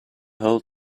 whole